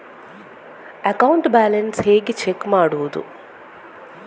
Account balance ಹೇಗೆ check ಮಾಡುವುದು?